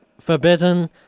Forbidden